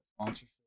sponsorship